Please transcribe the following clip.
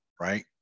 right